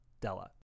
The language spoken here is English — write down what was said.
Della